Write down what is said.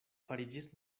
fariĝis